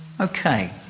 Okay